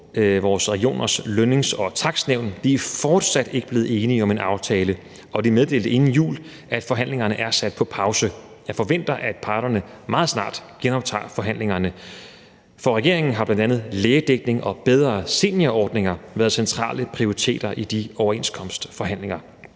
og Regionernes Lønnings- og Takstnævn, er fortsat ikke blevet enige om en aftale, og de meddelte inden jul, at forhandlingerne er sat på pause. Jeg forventer, at parterne meget snart genoptager forhandlingerne. For regeringen har bl.a. lægedækning og bedre seniorordninger været centrale prioriteter i de overenskomstforhandlinger.